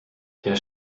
der